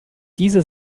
diese